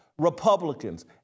Republicans